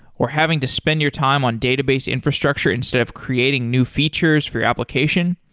or having to spend your time on database infrastructure instead of creating new features for your application?